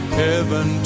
heaven